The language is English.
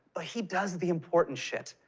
ah he does the important shit.